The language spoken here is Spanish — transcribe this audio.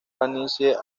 planicie